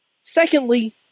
Secondly